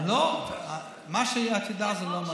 מה שאת יודעת זה לא מעניין.